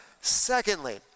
Secondly